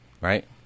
right